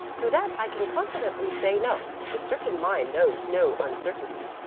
to that i can confidently say no. the certain mind knows no uncertainty,